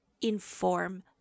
inform